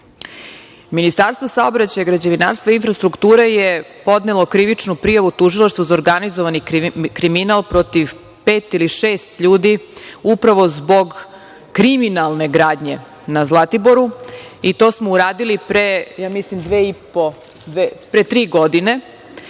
Ministarstvo saobraćaja, građevinarstva i infrastrukture je podnelo krivičnu prijavu Tužilaštvu za organizovani kriminal protiv pet ili šest ljudi upravo zbog kriminalne gradnje na Zlatiboru i to smo uradili pre, ja mislim, pre tri godine,